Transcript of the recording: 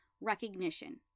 Recognition